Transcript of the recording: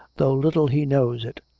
though little he knows it,